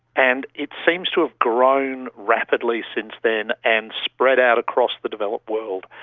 and it seems to have grown rapidly since then and spread out across the developed world.